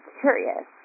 curious